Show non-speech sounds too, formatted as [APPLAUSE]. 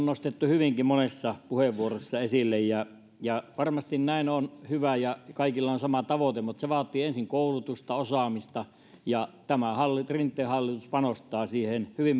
[UNINTELLIGIBLE] nostettu hyvinkin monessa puheenvuorossa esille ja ja varmasti näin on hyvä ja kaikilla on sama tavoite mutta se vaatii ensin koulutusta osaamista ja tämä rinteen hallitus panostaa siihen hyvin